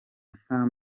nta